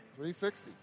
360